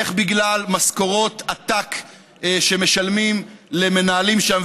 איך בגלל משכורות עתק שמשלמים למנהלים שם,